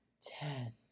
ten